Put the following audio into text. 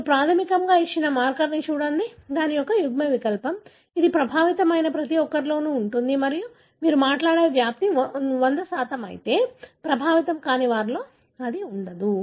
మీరు ప్రాథమికంగా ఇచ్చిన మార్కర్ని చూడండి దాని యొక్క యుగ్మవికల్పం ఇది ప్రభావితమయిన ప్రతి ఒక్కరిలోనూ ఉంటుంది మరియు మీరు మాట్లాడే వ్యాప్తి 100 అయితే ప్రభావితం కాని వారిలో అది ఉండదు